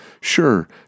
Sure